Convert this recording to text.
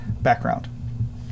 background